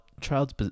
child's